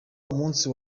umunsi